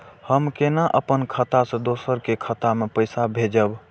हम केना अपन खाता से दोसर के खाता में पैसा भेजब?